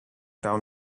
down